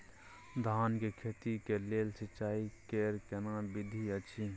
धान के खेती के लेल सिंचाई कैर केना विधी अछि?